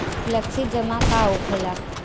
Flexi जमा का होखेला?